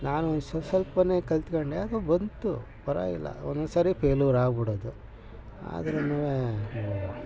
ನಾನು ಸೊ ಸ್ವಲ್ಪನೇ ಕಲಿತ್ಕೊಂಡೆ ಅದು ಬಂತು ಪರವಾಗಿಲ್ಲ ಒಂದೊಂದ್ಸರಿ ಫೇಲೂರ್ ಆಗ್ಬಿಡೋದು ಆದ್ರೂನು